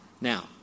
Now